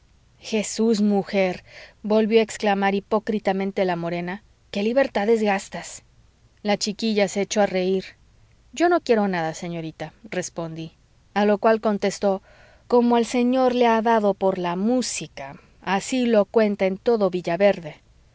jesús mujer volvió a exclamar hipócritamente la morena qué libertades gastas la chiquilla se echó a reir yo no quiero nada señorita respondí a lo cual contestó como al señor le ha dado por la música así lo cuenta en todo